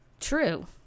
true